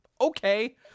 Okay